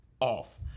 off